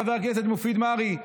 חבר הכנסת מופיד מרעי,